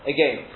Again